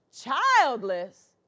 Childless